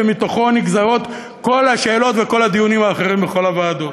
ומתוכו נגזרים כל השאלות וכל הדיונים האחרים בכל הוועדות.